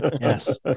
yes